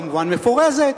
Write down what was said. כמובן מפורזת.